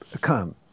come